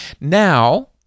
Now